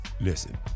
Listen